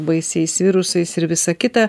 baisiais virusais ir visa kita